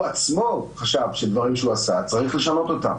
הוא עצמו חשב שדברים שהוא עשה, צריך לשנות אותם.